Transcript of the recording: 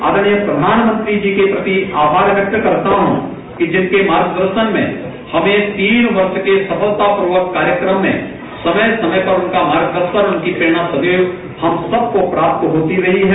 आदरणीय प्रचानमंत्री जी के प्रति आमार व्यक्त करता हूं कि जिनके मार्गदर्शन से हमें तीन वर्ष के सफलतापूर्वक कार्यकाल में समय समय पर उनका मार्गदर्शन उनकी प्रेरणा सदैव हम सबको प्राप्त होती रही है